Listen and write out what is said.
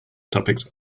topics